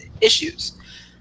issues